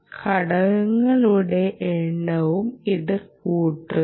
ഘടകങ്ങളുടെ എണ്ണവും ഇത് കൂട്ടുന്നു